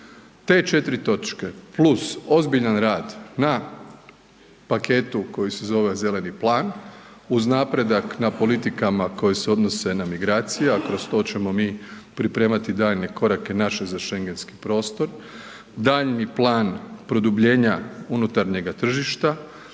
Te četiri točke plus ozbiljan rad na paketu koji se zove Zeleni plan, uz napredak na politikama koje se odnose na migracije, a kroz to ćemo mi pripremati daljnje korake naše za schengenski prostor, daljnji plan produbljenja unutarnjega tržišta,